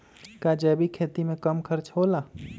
का जैविक खेती में कम खर्च होला?